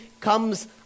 comes